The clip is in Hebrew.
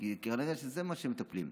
כי כנראה זה מה שמטפלים בו.